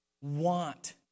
want